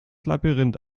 labyrinth